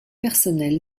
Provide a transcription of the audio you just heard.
personnel